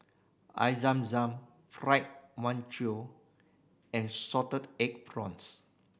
I zam zam Fried Mantou and salted egg prawns